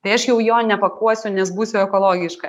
tai aš jau jo nepakuosiu nes būsiu ekologiška